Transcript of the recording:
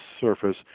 surface